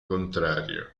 contrario